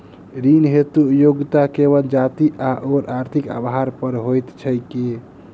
ऋण हेतु योग्यता केवल जाति आओर आर्थिक आधार पर होइत छैक की?